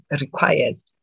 requires